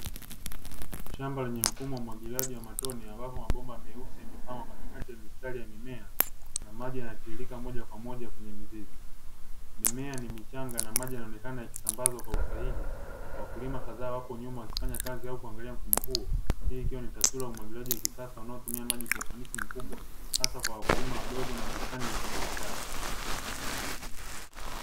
Shamba lenye mfumo wa umwagiliaji wa matone ambapo mabomba meusi yamepangwa katikati ya mimea na maji yanatirirka moja kwa moja kwenye mizizi; mimea ni michanga na maji yanaonekana yakisambazwa kwa usahihi, wakulima kadhaa wapo nyuma wakifanya kazi au kuangalia mfumo huu, hii ikiwa ni taswira ya umwagiliaji wa kisasa unaotumia maji kwa ufanisi mkubwa hasa kwa wakulima wadogo na bustani za kibiashara.